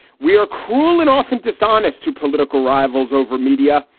we are cruel and often dishonest to political rivals over media,